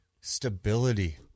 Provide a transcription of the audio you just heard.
stability